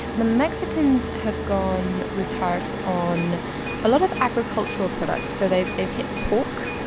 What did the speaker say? the mexicans have gone with tariffs on a lot of agricultural products. so they've they've hit pork,